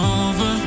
over